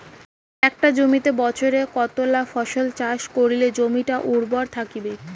একটা জমিত বছরে কতলা ফসল চাষ করিলে জমিটা উর্বর থাকিবে?